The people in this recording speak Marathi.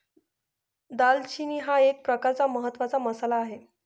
दालचिनी हा एक प्रकारचा महत्त्वाचा मसाला आहे